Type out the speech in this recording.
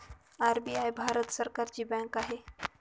RBI Bharat सरकारची bank आहे